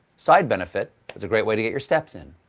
side benefit it's a great way to get your steps in.